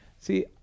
See